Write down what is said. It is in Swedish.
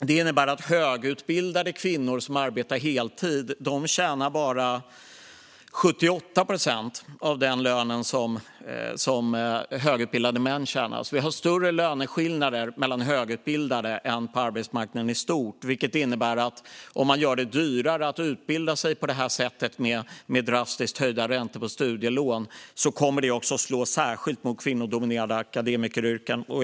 Det innebär att högutbildade kvinnor som arbetar heltid tjänar endast 78 procent av den lön som högutbildade män tjänar. Vi har alltså större löneskillnader mellan högutbildade än på arbetsmarknaden i stort, vilket innebär att om man gör det dyrare att utbilda sig med drastiskt höjda räntor på studielån kommer det att slå särskilt hårt mot kvinnodominerade akademikeryrken.